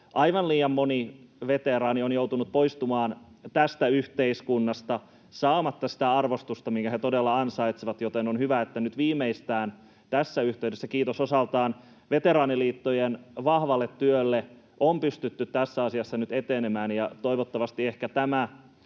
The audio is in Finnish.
Aivan liian moni veteraani on joutunut poistumaan tästä yhteiskunnasta saamatta sitä arvostusta, minkä he todella ansaitsevat, joten on hyvä, että nyt viimeistään tässä yhteydessä, kiitos osaltaan veteraaniliittojen vahvan työn, on pystytty tässä asiassa nyt etenemään. Toivottavasti ehkä tämä